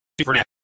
Supernatural